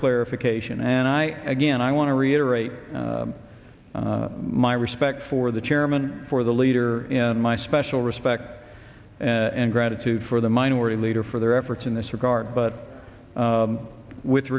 clarification and i again i want to reiterate my respect for the chairman for the leader in my special respect and gratitude for the minority leader for their efforts in this regard but with